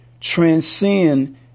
transcend